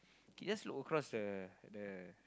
you can just look across the the